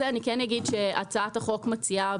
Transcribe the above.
הצעת החוק מציעה